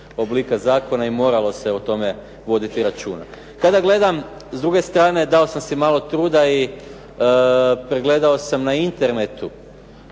oblika zakona i moralo se o tome voditi računa. Kada gledam s druge strane dao sam si malo truda i pregledao sam na Internetu.